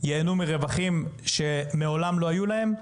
ייהנו מרווחים שמעולם לא היו להם,